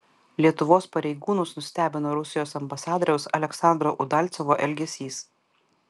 lietuvos pareigūnus nustebino rusijos ambasadoriaus aleksandro udalcovo elgesys